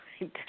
right